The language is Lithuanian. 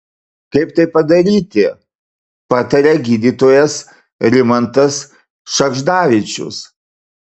kaip tai padaryti pataria gydytojas rimantas šagždavičius